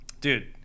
Dude